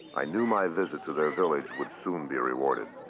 i knew my visit to their village would soon be rewarded.